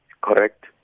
Correct